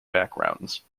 backgrounds